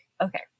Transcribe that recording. okay